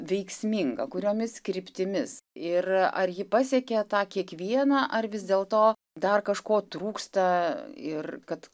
veiksminga kuriomis kryptimis ir ar ji pasiekė tą kiekvieną ar vis dėl to dar kažko trūksta ir kad